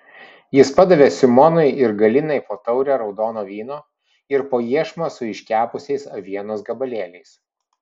jis padavė simonui ir galinai po taurę raudono vyno ir po iešmą su iškepusiais avienos gabalėliais